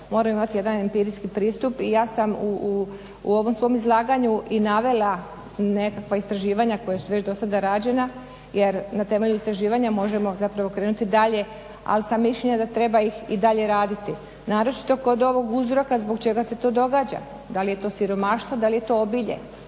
moramo imati jedan empirijski pristup i ja sam u ovom svom izlaganju i navela nekakva istraživanja koja su već do sada rađena jer na temelju istraživanja možemo zapravo krenuti dalje, ali sam mišljenja da treba ih i dalje raditi. Naročito kod ovog uzroka zbog čega se to događa, da li je to siromaštvo, da li je to obilje.